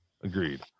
agreed